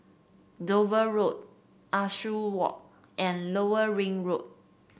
Dover Road Ah Soo Walk and Lower Ring Road